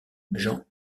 jean